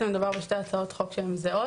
מדובר בשתי הצעות חוק שהן זהות.